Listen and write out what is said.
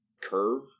curve